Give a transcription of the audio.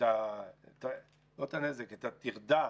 הטרדה